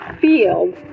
field